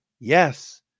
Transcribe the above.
Yes